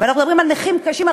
ואנחנו מדברים על נכים קשים,